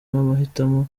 n’amahitamo